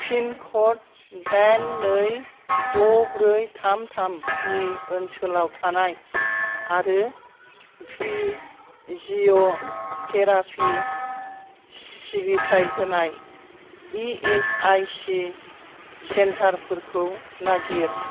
pin code डाइन नै द' ब्रै थाम थामनि ओनसोलाव थानाय आरो पिजिय'थेरापि सिबिथाय होनाय इ एस आइ सि सेन्टारफोरखौ नागिर